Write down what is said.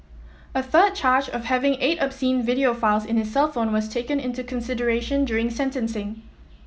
a third charge of having eight obscene video files in his cellphone was taken into consideration during sentencing